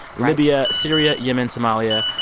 libya, syria, yemen, somalia,